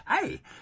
hey